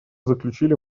заключили